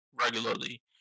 regularly